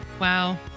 Wow